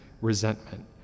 resentment